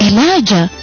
Elijah